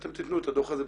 אתם תתנו את הדוח הזה,